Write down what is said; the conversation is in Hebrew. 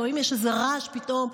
או אם יש איזה רעש פתאום.